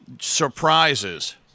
surprises